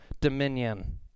dominion